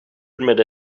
admit